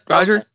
Roger